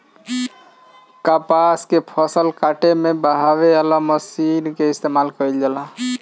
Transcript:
कपास के फसल काटे में बहावे वाला मशीन कअ इस्तेमाल कइल जाला